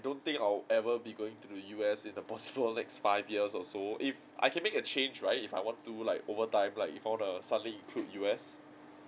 don't think I'll ever be going to the U_S in the possible next five years or so if I can make a change right if I want to like over time like if I wanna suddenly include U_S